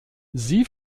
sie